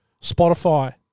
Spotify